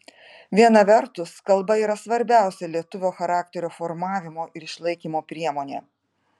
viena vertus kalba yra svarbiausia lietuvio charakterio formavimo ir išlaikymo priemonė